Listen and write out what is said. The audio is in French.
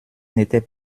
n’étaient